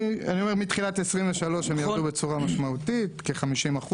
ומתחילת 2023 הם ירדו בצורה משמעותית; כ-50%,